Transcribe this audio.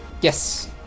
Yes